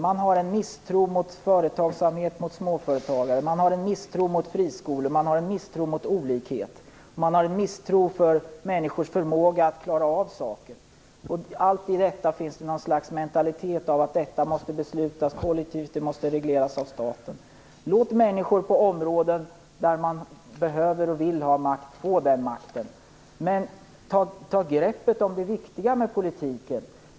Man har en misstro mot företagsamhet och småföretagare. Man har en misstro mot friskolor och olikhet. Man misstror människors förmåga att klara av saker. I allt detta finns det något slags mentalitet av att detta måste beslutas kollektivt och regleras av staten. Låt människor få makten på områden där man behöver och vill ha makt. Men ta greppet om det viktiga i politiken.